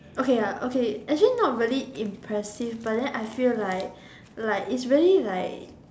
okay I okay actually not really impressive but then I feel like like its really like